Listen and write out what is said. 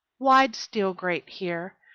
wide steel grate here,